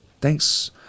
thanks